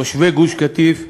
תושבי גוש-קטיף,